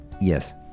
Yes